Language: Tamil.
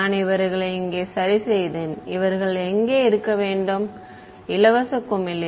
நான் இவர்களை இங்கே சரி செய்தேன் இவர்கள் எங்கே இருக்க வேண்டும் இலவச குமிழில்